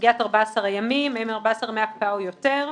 סוגית 14 ימים, האם 14 ימי הקפאה או יותר.